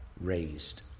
raised